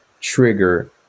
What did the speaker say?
trigger